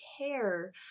care